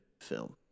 film